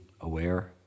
aware